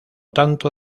tanto